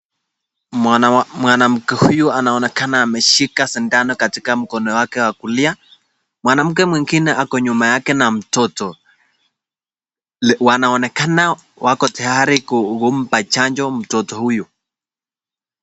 Mwanamke huyu anaonekana ameshika sindano katika mkono wake wa kulia. Mwanamke mwingine ako nyuma yake na mtoto wanaonekana wako tayari kumpa chanjo mtoto huyu.